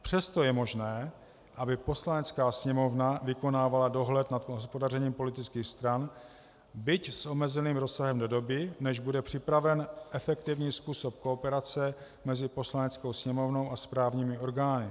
Přesto je možné, aby Poslanecká sněmovna vykonávala dohled nad hospodařením politických stran, byť s omezeným rozsahem, do doby, než bude připraven efektivní způsob kooperace mezi Poslaneckou sněmovnou a správními orgány.